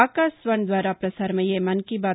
ఆకాశవాణి ద్వారా పసారమయ్యే మన్ కీ బాత్